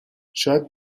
شاید